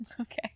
Okay